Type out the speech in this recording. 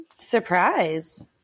Surprise